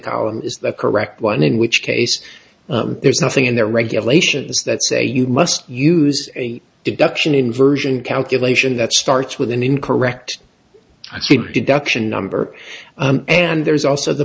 the correct one in which case there's nothing in their regulations that say you must use a deduction inversion calculation that starts with an incorrect deduction number and there's also the